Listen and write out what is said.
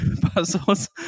Puzzle's